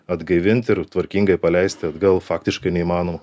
atgaivinti ir tvarkingai paleisti atgal faktiškai neįmanoma